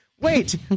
wait